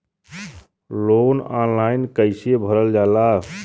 Loan online कइसे भरल जाला?